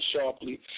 sharply